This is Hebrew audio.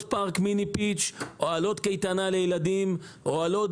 פארק מיני-פיץ' או על עוד קייטנה לילדים או עוד